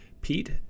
pete